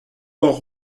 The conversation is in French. port